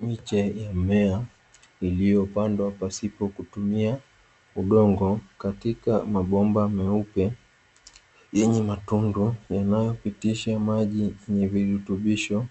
Miche ya mimea iliyopandwa pasipo kutumia udongo, katika mabomba meupe yenye matundu yanayopitisha maji yenye virutubisho